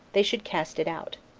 they should cast it out.